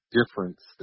difference